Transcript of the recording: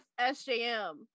SJM